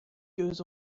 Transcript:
goes